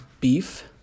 beef